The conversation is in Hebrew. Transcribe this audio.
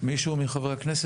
מישהו מחברי הכנסת?